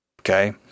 Okay